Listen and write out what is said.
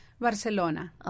Barcelona